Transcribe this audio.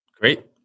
Great